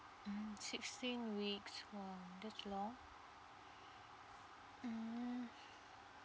mm sixteen weeks !wow! that's long mm